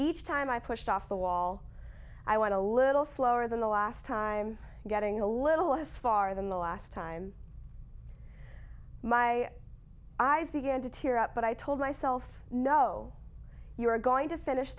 each time i pushed off the wall i want a little slower than the last time getting a little as far than the last time my eyes began to tear up but i told myself no you're going to finish